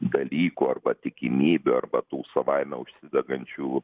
dalykų arba tikimybių arba tų savaime užsidegančių